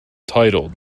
titled